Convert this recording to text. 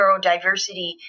neurodiversity